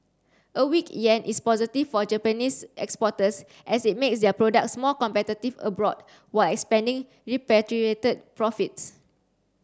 a weak yen is positive for Japanese exporters as it makes their products more competitive abroad while expanding repatriated profits